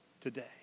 today